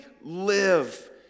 live